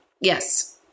Yes